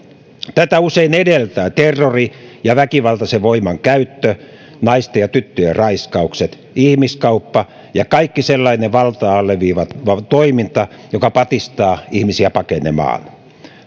tätä usein edeltää terrori ja väkivaltaisen voiman käyttö naisten ja tyttöjen raiskaukset ihmiskauppa ja kaikki sellainen valtaa alleviivaava toiminta joka patistaa ihmisiä pakenemaan